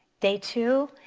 day two,